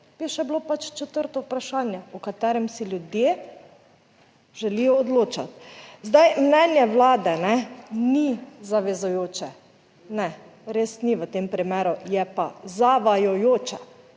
bi še bilo četrto vprašanje, o katerem si ljudje želijo odločati. Zdaj, mnenje Vlade ni zavezujoče. Ne, res ni, v tem primeru je pa zavajajoče